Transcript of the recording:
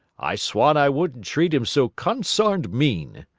i swan i wouldn't treat him so con-sarned mean!